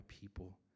people